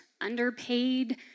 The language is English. underpaid